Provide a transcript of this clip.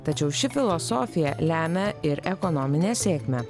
tačiau ši filosofija lemia ir ekonominę sėkmę